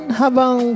habang